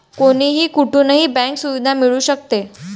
कोणीही कुठूनही बँक सुविधा मिळू शकते